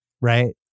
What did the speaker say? right